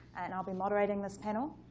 and i'll be moderating this panel.